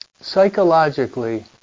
Psychologically